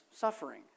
suffering